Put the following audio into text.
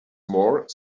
more